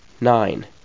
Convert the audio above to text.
Nine